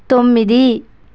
తొమ్మిది